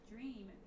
dream